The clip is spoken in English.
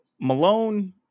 Malone